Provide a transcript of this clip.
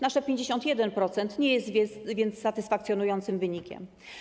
Nasze 51% nie jest więc satysfakcjonującym wynikiem.